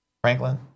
Franklin